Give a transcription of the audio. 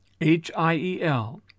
H-I-E-L